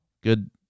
good